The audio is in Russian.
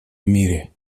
мире